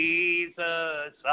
Jesus